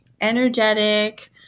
energetic